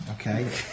Okay